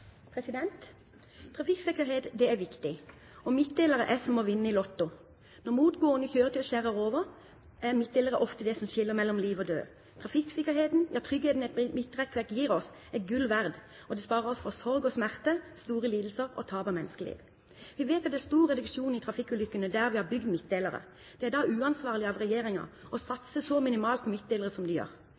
som å vinne i lotto. Når motgående kjøretøy skjærer over, er midtdelere ofte det som skiller mellom liv og død. Trafikksikkerheten, ja tryggheten et midtrekkverk gir oss, er gull verd, og det sparer oss for sorg og smerte, store lidelser og tap av menneskeliv. Vi vet at det er stor reduksjon i trafikkulykkene der vi har bygd midtdelere. Det er da uansvarlig av regjeringen å satse så minimalt på midtdelere som den gjør.